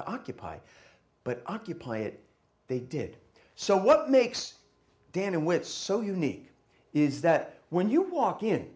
to occupy but occupy it they did so what makes dan and whit's so unique is that when you walk in